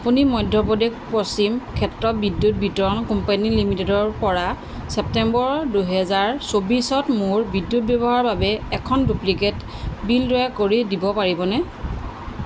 আপুনি মধ্যপ্ৰদেশ পশ্চিম ক্ষেত্ৰ বিদ্যুৎ বিতৰণ কোম্পানী লিমিটেডৰপৰা ছেপ্টেম্বৰ দুই হাজাৰ চৌবিছত মোৰ বিদ্যুৎ ব্যৱহাৰৰ বাবে এখন ডুপ্লিকেট বিল তৈয়াৰ কৰি দিব পাৰিবনে